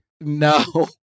No